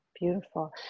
beautiful